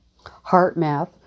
HeartMath